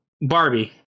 Barbie